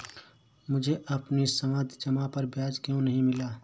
मुझे अपनी सावधि जमा पर ब्याज क्यो नहीं मिला?